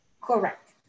Correct